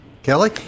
Kelly